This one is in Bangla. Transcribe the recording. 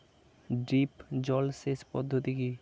ড্রিপ জল সেচ পদ্ধতি কি?